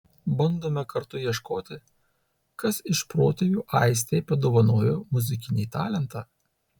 bandome kartu ieškoti kas iš protėvių aistei padovanojo muzikinį talentą